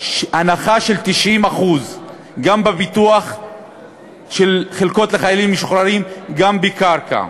הנחה של 90% גם בפיתוח של חלקות לחיילים משוחררים וגם בקרקע.